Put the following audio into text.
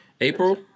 April